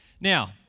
Now